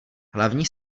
hlavní